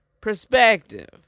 perspective